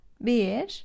Bir